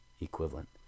equivalent